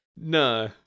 No